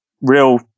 real